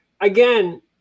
again